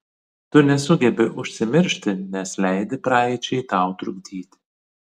tu nesugebi užsimiršti nes leidi praeičiai tau trukdyti